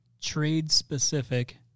trade-specific